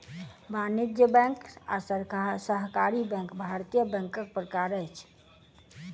वाणिज्य बैंक आ सहकारी बैंक भारतीय बैंकक प्रकार अछि